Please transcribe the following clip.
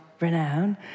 renown